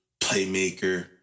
playmaker